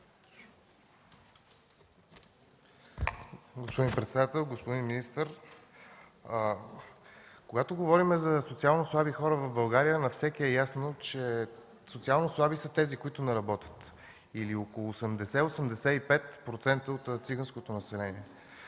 Господин председател, господин министър! Когато говорим за социално слаби хора в България, на всеки е ясно, че социално слаби са тези, които не работят, или около 80-85% от циганското население.